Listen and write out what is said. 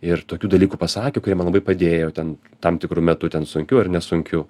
ir tokių dalykų pasakė kurie man labai padėjo ten tam tikru metu ten sunkiu ar nesunkiu